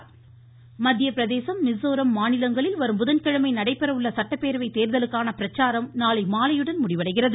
தேர்தல் மத்திய பிரதேசம் மிஸோரம் மாநிலங்களில் வரும் புதன்கிழமை நடைபெற உள்ள சட்டப்பேரவை தேர்தலுக்கான பிரச்சாரம் நாளை மாலையுடன் முடிவடைகிறது